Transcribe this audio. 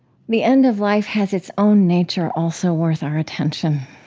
the end of life has its own nature, also worth our attention.